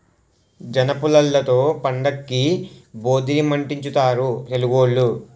జనపుల్లలతో పండక్కి భోధీరిముట్టించుతారు తెలుగోళ్లు